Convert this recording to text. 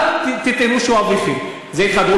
אל תטענו שהוא אביכם, זה דבר אחד.